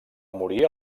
morir